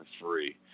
free